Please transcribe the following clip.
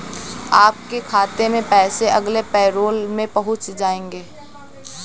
आपके खाते में पैसे अगले पैरोल में पहुँच जाएंगे